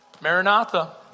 Maranatha